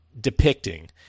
Depicting